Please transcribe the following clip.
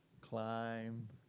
climb